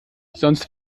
sonst